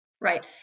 Right